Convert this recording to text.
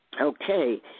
Okay